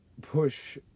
push